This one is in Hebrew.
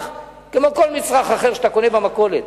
כמו כל מצרך אחר שאתה קונה במכולת.